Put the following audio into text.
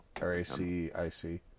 R-A-C-I-C